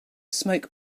smoke